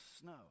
snow